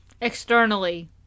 externally